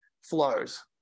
flows